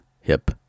Hip